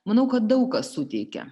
manau kad daug ką suteikia